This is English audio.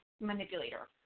manipulator